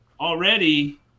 already